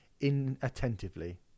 inattentively